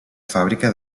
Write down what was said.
fàbrica